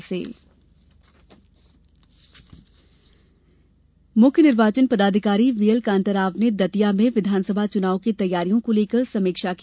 CEO समीक्षा मुख्य निर्वाचन पदाधिकारी बी एल कान्ताराव ने दतिया में विधानसभा चुनाव की तैयारियों को लेकर सर्मीक्षा की